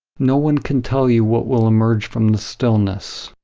no one can tell you what will emerge from the stillness.